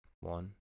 One